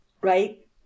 right